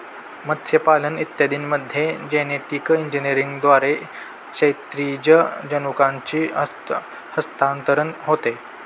मत्स्यपालन इत्यादींमध्ये जेनेटिक इंजिनिअरिंगद्वारे क्षैतिज जनुकांचे हस्तांतरण होते